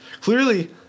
Clearly